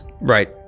right